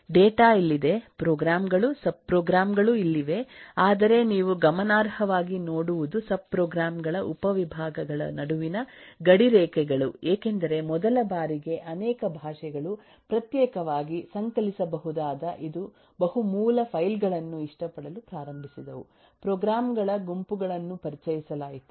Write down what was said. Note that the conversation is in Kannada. ಡೇಟಾ ಇಲ್ಲಿದೆ ಪ್ರೋಗ್ರಾಮ್ ಗಳು ಸಬ್ಪ್ರೋಗ್ರಾಮ್ ಗಳು ಇಲ್ಲಿವೆ ಆದರೆ ನೀವು ಗಮನಾರ್ಹವಾಗಿ ನೋಡುವುದು ಸಬ್ಪ್ರೋಗ್ರಾಮ್ ಗಳ ಉಪವಿಭಾಗಗಳ ನಡುವಿನ ಗಡಿರೇಖೆಗಳು ಏಕೆಂದರೆ ಮೊದಲ ಬಾರಿಗೆ ಅನೇಕ ಭಾಷೆಗಳು ಪ್ರತ್ಯೇಕವಾಗಿ ಸಂಕಲಿಸಬಹುದಾದ ಬಹು ಮೂಲ ಫೈಲ್ ಗಳನ್ನು ಇಷ್ಟಪಡಲು ಪ್ರಾರಂಭಿಸಿದವು ಪ್ರೋಗ್ರಾಮ್ ಗಳ ಗುಂಪುಗಳನ್ನು ಪರಿಚಯಿಸಲಾಯಿತು